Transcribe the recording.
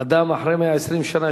אדם אחרי 120 שנה,